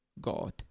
God